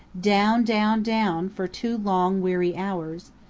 down, down, down for two long, weary hours,